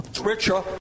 Richer